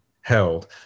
held